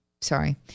Sorry